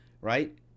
right